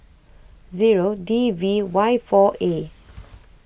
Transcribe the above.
zero D V Y four A